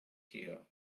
here